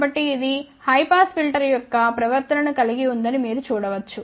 కాబట్టి ఇది high pass filter యొక్క ప్రవర్తన ను కలిగి ఉందని మీరు చూడ వచ్చు